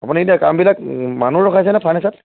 আপুনি এতিয়া কামবিলাক মানুহ ৰখাইছেনে ফাৰ্নিচাৰত